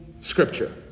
Scripture